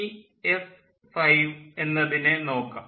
ഇനി എസ്5 എന്നതിനെ നോക്കാം